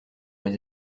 les